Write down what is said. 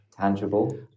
tangible